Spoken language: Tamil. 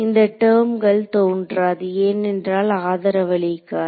இந்த டெர்ம்கள் தோன்றாது ஏனென்றால் ஆதரவளிக்காது